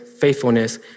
faithfulness